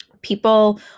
People